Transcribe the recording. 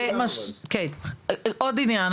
עוד עניין.